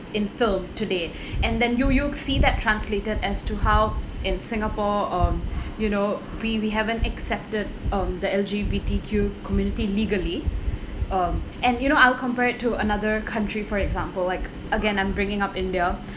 in film today and then you you see that translated as to how in singapore um you know we we haven't accepted um the L_G_B_T_Q community legally um and you know I'll compare it to another country for example like again I'm bringing up india